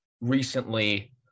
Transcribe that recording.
recently